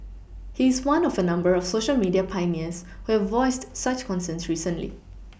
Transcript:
he is one of a number of Social media pioneers who voiced such concerns recently